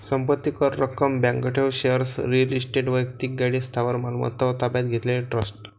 संपत्ती कर, रक्कम, बँक ठेव, शेअर्स, रिअल इस्टेट, वैक्तिक गाडी, स्थावर मालमत्ता व ताब्यात घेतलेले ट्रस्ट